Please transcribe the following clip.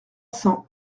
cents